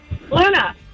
Luna